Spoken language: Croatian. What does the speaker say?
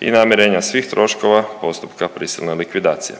i namirenja svih troškova postupka prisilne likvidacije.